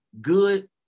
good